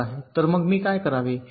तर मग मी काय करावे